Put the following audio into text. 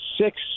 six